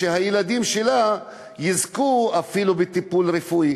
שהילדים שלה יזכו אפילו בטיפול רפואי,